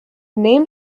named